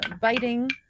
biting